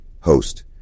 Host